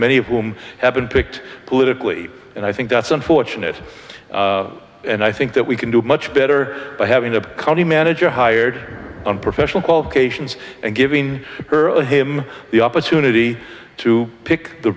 many of whom have been picked politically and i think that's unfortunate and i think that we can do much better by having a county manager hired on professional qualifications and giving him the opportunity to pick the